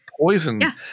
poison